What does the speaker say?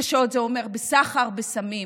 קשות זה אומר סחר בסמים.